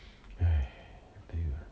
哎 I tell you